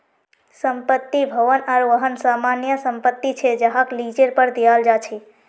संपत्ति, भवन आर वाहन सामान्य संपत्ति छे जहाक लीजेर पर दियाल जा छे